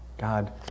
God